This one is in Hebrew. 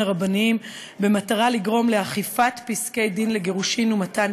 הרבניים במטרה לגרום לאכיפת פסקי-דין לגירושין ומתן